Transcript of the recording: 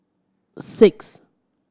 six